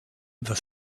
the